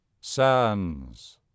sands